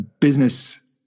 business